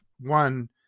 one